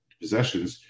possessions